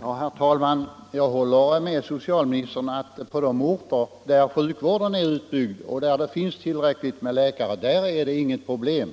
Herr talman! Jag håller med socialministern om att på de orter där sjukvården är utbyggd och där det finns tillräckligt med läkare är det inga problem.